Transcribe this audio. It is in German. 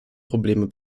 probleme